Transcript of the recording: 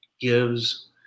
gives